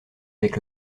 avec